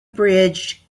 bridged